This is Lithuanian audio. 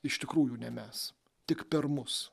iš tikrųjų ne mes tik per mus